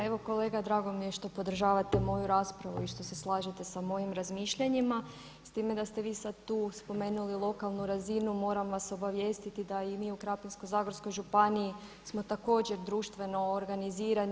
Pa evo kolega drago mi je što podržavate moju raspravu i što se slažete sa mojim razmišljanjima, s time da ste vi sad tu spomenuli lokalnu razinu moram vas obavijestiti da i mi u Krapinsko-zagorskoj županiji smo također društveno organizirani.